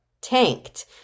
tanked